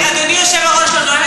נכון, אבל הנואמת כבר מפריעה.